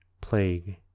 plague